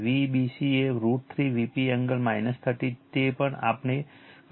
Vbc એ √ 3 Vp angle 30o તે પણ આપણે કર્યું છે